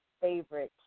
favorite